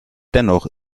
dennoch